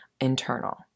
internal